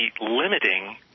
limiting